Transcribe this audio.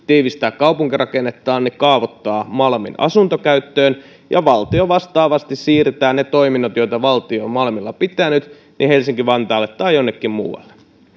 tiivistää kaupunkirakennettaan se kaavoittaa malmin asuntokäyttöön ja valtio vastaavasti siirtää ne toiminnot joita valtio on malmilla pitänyt helsinki vantaalle tai jonnekin muualle